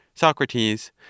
Socrates